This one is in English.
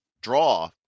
draw